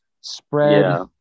Spread